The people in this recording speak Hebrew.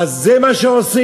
אז זה מה שעושים.